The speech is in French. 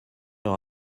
leur